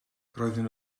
roedden